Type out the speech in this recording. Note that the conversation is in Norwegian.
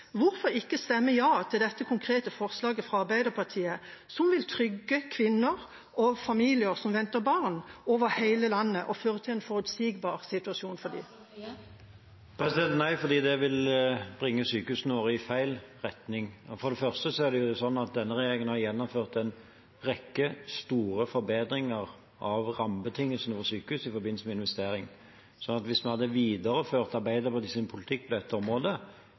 Hvorfor ikke stemme ja til dette konkrete forslaget fra Arbeiderpartiet, som vil trygge kvinner og familier som venter barn, over hele landet og føre til en forutsigbar situasjon for dem? Nei, for det vil bringe sykehusene våre i feil retning. Denne regjeringen har gjennomført en rekke store forbedringer av rammebetingelsene for sykehus i forbindelse med investering. Hvis man hadde videreført Arbeiderpartiets politikk på dette området,